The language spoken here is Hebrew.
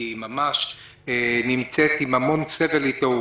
היא נמצאת עם המון סבל איתו.